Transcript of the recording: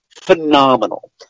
phenomenal